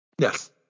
Yes